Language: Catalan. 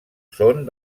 són